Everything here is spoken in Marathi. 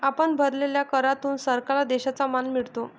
आपण भरलेल्या करातून सरकारला देशाचा मान मिळतो